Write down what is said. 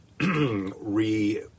re